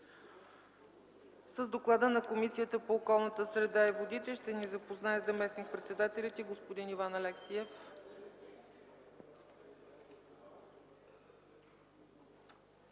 С доклада на Комисията по околната среда и водите ще ни запознае заместник-председателят й господин Иван Алексиев.